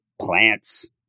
plants